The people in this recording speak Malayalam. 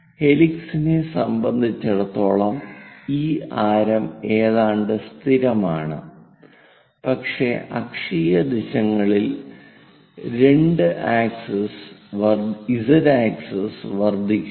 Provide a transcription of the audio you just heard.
ഹെലിക്സിനെ സംബന്ധിച്ചിടത്തോളം ഈ ആരം ഏതാണ്ട് സ്ഥിരമാണ് പക്ഷേ അക്ഷീയ ദിശകളിൽ z ആക്സിസ് വർദ്ധിക്കുന്നു